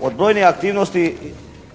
Od brojnih aktivnosti